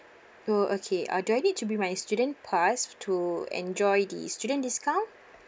oh okay ah do I need to bring my student pass to enjoy the student discount